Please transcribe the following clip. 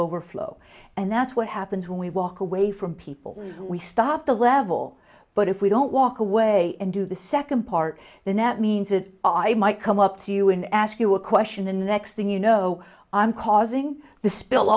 overflow and that's what happens when we walk away from people we start to level but if we don't walk away and do the second part the net means it all i might come up to you and ask you a question the next thing you know i'm causing the spill